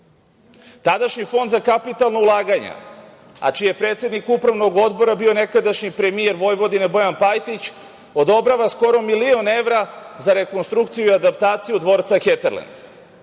Fond za kapitalna ulaganja, a čiji je predsednik Upravnog odbora bio nekadašnji premijer Vojvodine Bojan Pajtić odobrava skoro milion evra za rekonstrukciju i adaptaciju dvorca „Heterlend“.